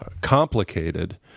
complicated